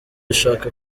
ushaka